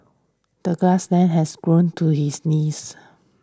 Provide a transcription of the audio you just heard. the grass has grown to his knees